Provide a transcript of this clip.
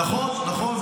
נכון, נכון.